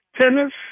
tennis